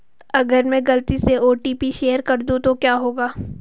अगर मैं गलती से ओ.टी.पी शेयर कर दूं तो क्या होगा?